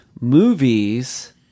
movies